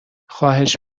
خواهش